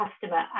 customer